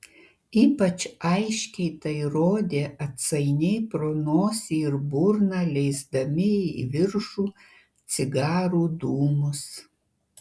ypač aiškiai tai rodė atsainiai pro nosį ir burną leisdami į viršų cigarų dūmus